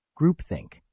Groupthink